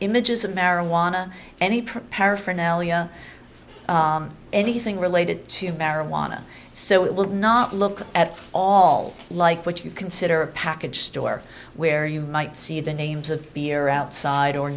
images of marijuana any print paraphernalia anything related to marijuana so it will not look at all like what you consider a package store where you might see the names of beer outside or